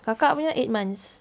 kakak punya eight months